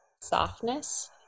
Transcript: softness